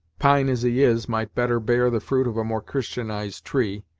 pine as he is, might better bear the fruit of a more christianized tree,